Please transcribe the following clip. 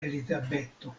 elizabeto